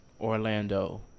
Orlando